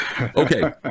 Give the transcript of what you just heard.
Okay